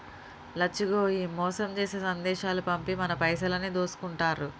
లచ్చిగో ఈ మోసం జేసే సందేశాలు పంపి మన పైసలన్నీ దోసుకుంటారు